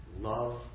love